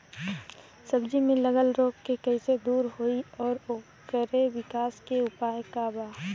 सब्जी में लगल रोग के कइसे दूर होयी और ओकरे विकास के उपाय का बा?